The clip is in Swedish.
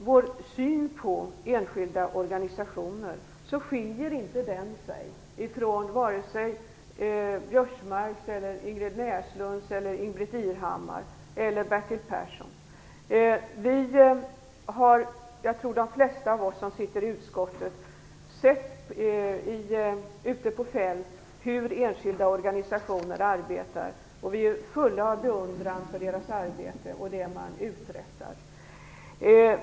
Vår syn på enskilda organisationer skiljer sig inte från vare sig Karl-Göran Biörsmarks, Ingrid Näslunds, Ingbritt Irhammars eller Bertil Perssons syn. Jag tror att de flesta av oss som sitter i utskottet har sett ute på fältet hur enskilda organisationer arbetar, och vi är fulla av beundran för deras arbete och vad de uträttar.